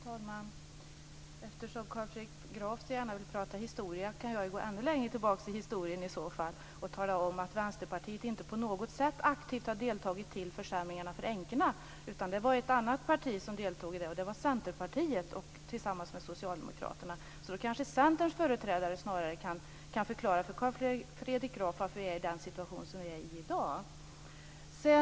Fru talman! Eftersom Carl Fredrik Graf så gärna vill prata historia kan jag gå ännu längre tillbaks i historien och tala om att Vänsterpartiet inte på något sätt aktivt har deltagit i försämringarna för änkorna. Det var ett annat parti som deltog i det beslutet. Det var Centerpartiet tillsammans med Socialdemokraterna. Det är snarare Centerns företrädare som kan förklara för Carl Fredrik Graf varför vi befinner oss i den situation som vi har i dag.